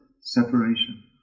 separation